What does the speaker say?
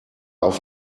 auf